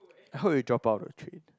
hope you drop out the trip